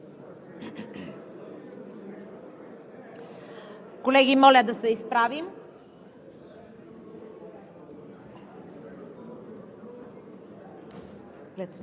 Колеги, моля да се изправим.